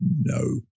No